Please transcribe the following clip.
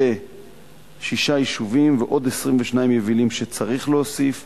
בשישה יישובים ועוד 22 יבילים שצריך להוסיף